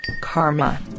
karma